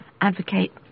advocate